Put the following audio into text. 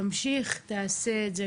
תמשיך, תעשה את זה.